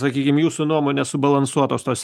jūsų nuomone subalansuotos tos